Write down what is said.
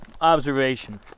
observation